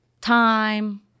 time